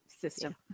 system